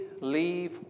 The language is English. leave